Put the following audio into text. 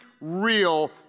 real